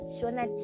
Shona